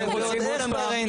זה לא פערי אינטרס.